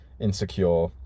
insecure